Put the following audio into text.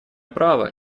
право